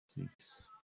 six